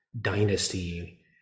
dynasty